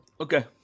Okay